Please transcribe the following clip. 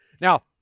Now